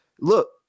look